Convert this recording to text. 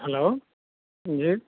hello जी